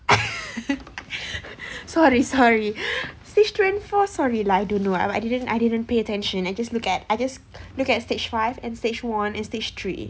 sorry sorry stage two and four sorry lah I don't know I I didn't I didn't pay attention I just look at I just look at stage five and stage one and stage three